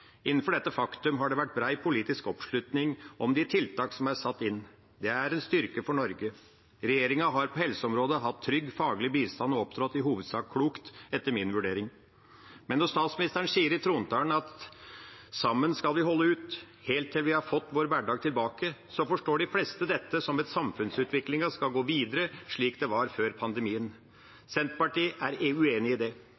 Innenfor dette faktum har det vært bred politisk oppslutning om de tiltak som er satt inn. Det er en styrke for Norge. Regjeringa har på helseområdet hatt trygg faglig bistand og opptrådt i hovedsak klokt, etter min vurdering. Men når statsministeren i trontalen sier at sammen skal vi holde ut, helt til vi har fått vår hverdag tilbake, forstår de fleste dette som at samfunnsutviklingen skal gå videre slik det var før